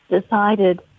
decided